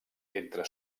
entre